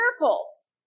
miracles